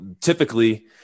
typically